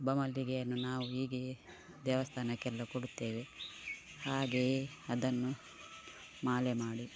ಅಬ್ಬಮಲ್ಲಿಗೆಯನ್ನು ನಾವು ಹೀಗೆಯೇ ದೇವಸ್ಥಾನಕ್ಕೆಲ್ಲ ಕೊಡುತ್ತೇವೆ ಹಾಗೆಯೇ ಅದನ್ನು ಮಾಲೆ ಮಾಡಿ